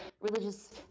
religious